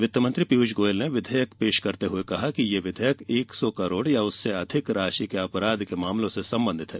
वित्तमंत्री पीयूष गोयल ने विधेयक पेश करते हुए कहा कि यह विधेयक एक सौ करोड़ या उससे अधिक राशि के अपराध के मामलों से संबंधित है